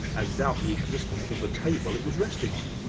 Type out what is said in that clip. as doubt the existence of the table it was resting on.